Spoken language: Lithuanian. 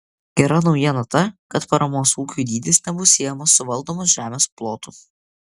gera naujiena ta kad paramos ūkiui dydis nebus siejamas su valdomos žemės plotu